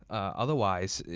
otherwise,